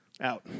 out